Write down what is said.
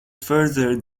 further